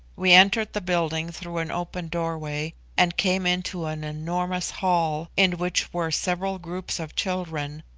we entered the building through an open doorway and came into an enormous hall, in which were several groups of children,